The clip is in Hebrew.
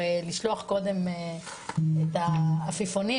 לשלוח קודם את העפיפונים,